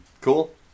Cool